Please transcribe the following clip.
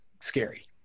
scary